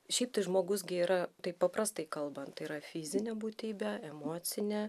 šiaip tai žmogus gi yra taip paprastai kalbant tai yra fizinė būtybė emocinė